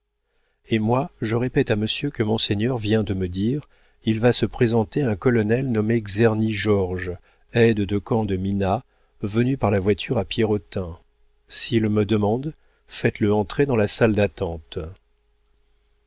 et moi je répète à monsieur que monseigneur vient de me dire il va se présenter un colonel nommé czerni georges aide de camp de mina venu par la voiture à pierrotin s'il me demande faites-le entrer dans la salle d'attente